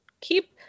keep